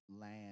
land